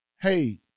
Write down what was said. hey